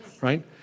right